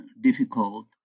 difficult